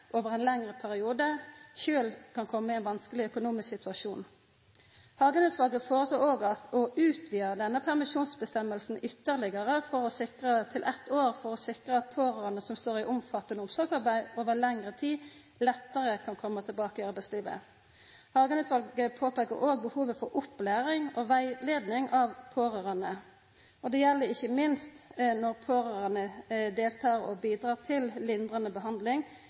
over ein lengre periode, sjølve kan koma i ein vanskeleg økonomisk situasjon. Hagen-utvalet foreslår òg å utvida denne permisjonsbestemminga ytterlegare, til eitt år, for å sikra at pårørande som står i omfattande omsorgsarbeid over lengre tid, lettare kan koma tilbake i arbeidslivet. Hagen-utvalet påpeikar òg behovet for opplæring og rettleiing av pårørande. Det gjeld ikkje minst når pårørande deltek og bidreg til lindrande behandling